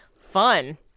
Fun